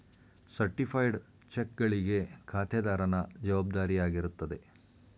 certified ಚೆಕ್ಗಳಿಗೆ ಖಾತೆದಾರನ ಜವಾಬ್ದಾರಿಯಾಗಿರುತ್ತದೆ